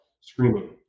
screaming